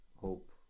hope